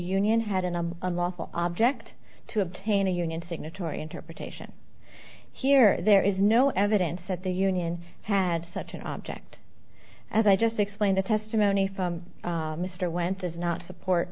union had an unlawful object to obtain a union signatory interpretation here there is no evidence that the union had such an object as i just explained the testimony from mr went does not support